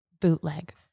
bootleg